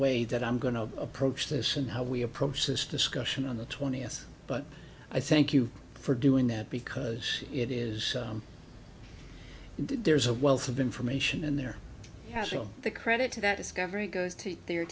way that i'm going to approach this and how we approach this discussion on the twentieth but i thank you for doing that because it is there's a wealth of information and there has been all the credit to that discovery goes to their